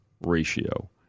ratio